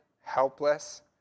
helpless